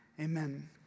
Amen